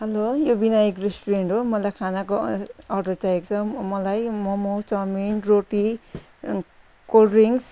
hello यो Vinayak restaurant हो मलाई खानाको अर अर्डर चाहिएको छ मलाई मोमो चाउमिन रोटी कोल्ड ड्रिङ्क्स